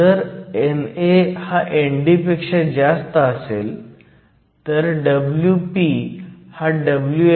जर NA ND असेल तर WpWn